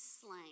slain